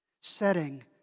setting